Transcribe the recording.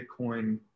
Bitcoin